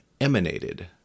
emanated